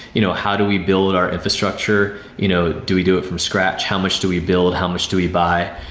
you know how do we build our infrastructure? you know do we do it from scratch? how much do we build? how much do we buy?